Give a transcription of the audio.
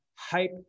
hype